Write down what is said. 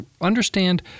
understand